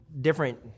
different